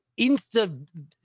insta